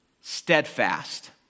Steadfast